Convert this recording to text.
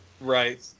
Right